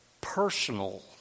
personal